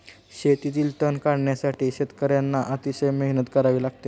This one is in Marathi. शेतातील तण काढण्यासाठी शेतकर्यांना अतिशय मेहनत करावी लागते